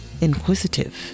inquisitive